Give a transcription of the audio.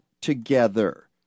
together